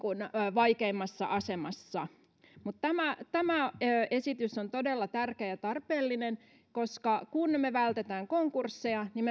vaikeimmassa asemassa mutta tämä tämä esitys on todella tärkeä ja tarpeellinen koska kun me vältämme konkursseja niin